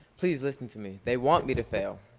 please listen to me. they want me to fail.